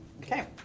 okay